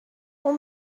اون